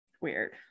weird